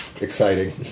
exciting